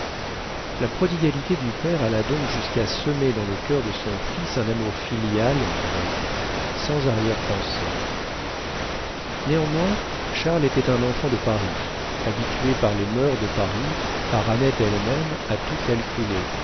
la prodigalité du père alla donc jusqu'à semer dans le cœur de son fils un amour filial vrai sans arrière-pensée néanmoins charles était un enfant de paris habitué par les mœurs de paris par annette elle-même à tout calculer